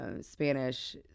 Spanish